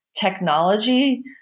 technology